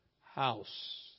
house